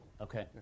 Okay